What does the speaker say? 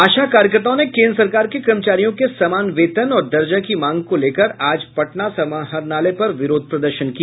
आशा कार्यकर्ताओं ने केन्द्र सरकार के कर्मचारियों के समान वेतन और दर्जा की मांग को लेकर आज पटना समाहरणालय पर विरोध प्रदर्शन किया